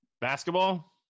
basketball